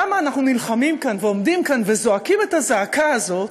למה אנחנו נלחמים כאן ועומדים וזועקים את הזעקה הזאת,